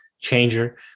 changer